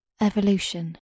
Evolution